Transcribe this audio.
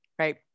Right